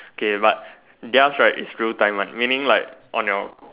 okay but theirs right is real time one meaning like on your